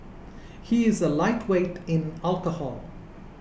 he is a lightweight in alcohol